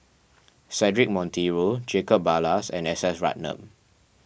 Cedric Monteiro Jacob Ballas and S S Ratnam